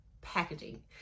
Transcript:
packaging